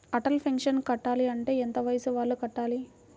Atal pension కట్టాలి అంటే ఎంత వయసు వాళ్ళు కట్టాలి?